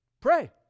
pray